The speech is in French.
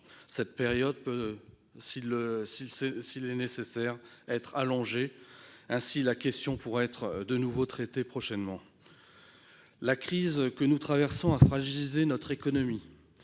prochain, pourra si nécessaire être allongée. Ainsi, la question pourrait être de nouveau traitée prochainement. La crise que nous traversons a fragilisé notre économie,